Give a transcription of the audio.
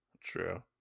true